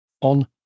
on